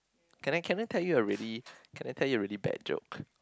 can I can I tell you a really can I tell you a really bad joke